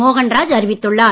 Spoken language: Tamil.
மோகன்ராஜ் அறிவித்துள்ளார்